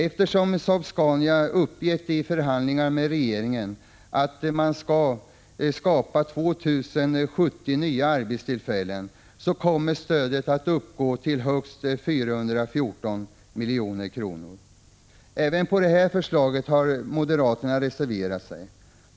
Eftersom Saab-Scania uppgivit i förhandlingarna med regeringen att man skall skapa — Prot. 1985/86:155 2 070 nya arbetstillfällen, kommer stödet att uppgå till högst 414 milj.kr. 29 maj 1986 Aven mot detta förslag har moderaterna reserverat sig.